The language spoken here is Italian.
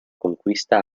conquista